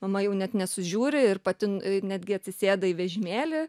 mama jau net nesužiūri ir pati netgi atsisėda į vežimėlį